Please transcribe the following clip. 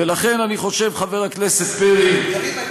ולכן אני חושב, חבר הכנסת פרי,